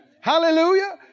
Hallelujah